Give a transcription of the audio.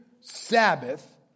Sabbath